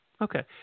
Okay